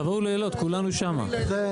תבואו לאילות, כולנו שם...